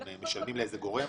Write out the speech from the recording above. אתם משלמים לאיזה גורם?